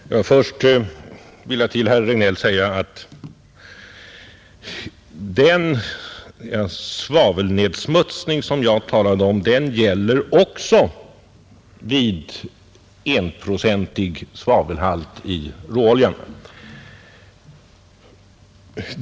Herr talman! Först vill jag till herr Regnéll säga att den svavelnedsmutsning som jag talade om gäller också vid enprocentig svavelhalt i råoljan.